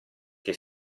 che